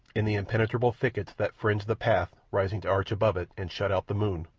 in the impenetrable thickets that fringed the path, rising to arch above it and shut out the moon,